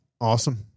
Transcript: awesome